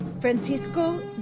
Francisco